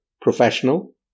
professional